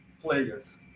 players